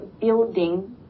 building